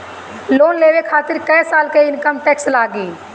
Loan लेवे खातिर कै साल के इनकम टैक्स लागी?